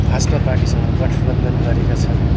भाजपा पार्टीसँग गठबन्धन गरेका छन्